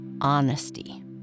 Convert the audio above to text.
honesty